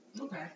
Okay